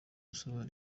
gusaba